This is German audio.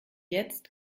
jetzt